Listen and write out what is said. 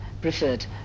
preferred